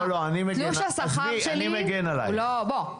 תלוש השכר שלי בוא.